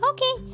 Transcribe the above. Okay